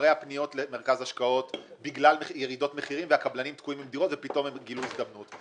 התחלתם עם דירה להשכיר ואנחנו הגדלנו את זה.